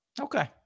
okay